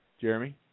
Jeremy